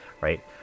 right